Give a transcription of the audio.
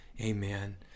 amen